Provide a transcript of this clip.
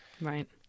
Right